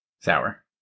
Sour